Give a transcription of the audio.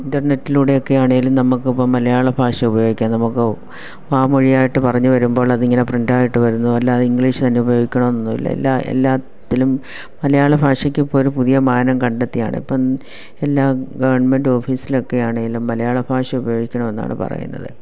ഇൻ്റർനെറ്റിലൂടെ ഒക്കെ ആണേലും നമുക്ക് ഇപ്പം മലയാള ഭാഷ ഉപയോഗിക്കാം നമുക്ക് വാമൊഴിയായിട്ട് പറഞ്ഞ് വരുമ്പോൾ അതിങ്ങനെ പ്രിൻ്റ് ആയിട്ട് വരുന്നു അല്ലാതെ ഇംഗ്ലീഷ് തന്നെ ഉപയോഗിക്കണമെന്നൊന്നും ഇല്ല എല്ലാ എല്ലാറ്റിലും മലയാള ഭാഷക്ക് ഇപ്പമൊരു പുതിയ മാനം കണ്ടെത്തിയതാണ് ഇപ്പം എല്ലാ ഗവൺമെൻ്റ് ഓഫീസിലൊക്കെ ആണേലും മലയാള ഭാഷ ഉപയോഗിക്കണമെന്നാണ് പറയുന്നത്